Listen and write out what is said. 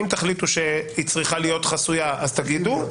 אם תחליטו שהיא צריכה להיות חסויה, תגידו.